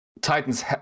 Titans